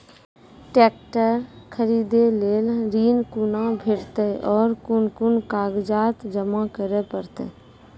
Tractor खरीदै लेल ऋण कुना भेंटते और कुन कुन कागजात जमा करै परतै?